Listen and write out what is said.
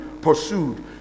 pursued